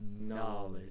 Knowledge